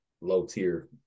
low-tier